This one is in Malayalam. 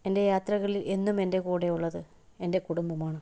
എൻ്റെ യാത്രകളിൽ എന്നും എൻ്റെ കൂടെയുള്ളത് എൻ്റെ കുടുംബമാണ്